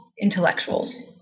intellectuals